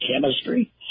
chemistry